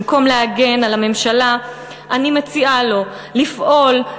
במקום להגן על הממשלה אני מציעה לו לפעול,